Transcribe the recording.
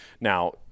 now